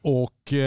och